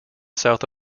south